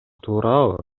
туурабы